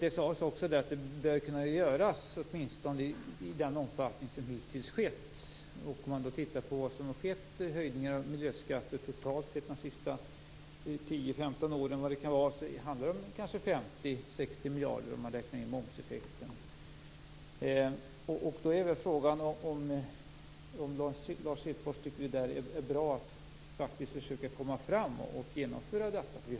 Det sades också att det bör kunna göras åtminstone i den omfattning som hittills skett. Om man tittar på de höjningar av miljöskatter som totalt skett de senaste tio, femton åren handlar det om kanske 50-60 miljarder om man räknar in momseffekten. Frågan är då om Lars Hedfors tycker att det är bra att försöka komma fram och genomföra detta.